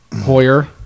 Hoyer